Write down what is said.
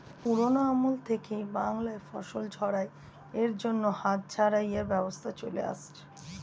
পুরোনো আমল থেকেই বাংলায় ফসল ঝাড়াই এর জন্য হাত ঝাড়াই এর ব্যবস্থা চলে আসছে